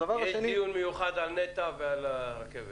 דיון מיוחד על נת"ע ועל הרכבת.